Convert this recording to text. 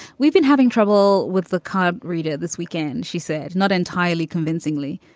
we've been having trouble with the card reader this weekend, she said. not entirely, convincingly.